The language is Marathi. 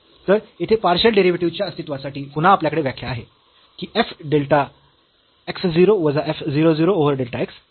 तर येथे पार्शियल डेरिव्हेटिव्ह च्या अस्तित्वासाठी पुन्हा आपल्याकडे व्याख्या आहे की f डेल्टा x 0 वजा f 0 0 ओव्हर डेल्टा x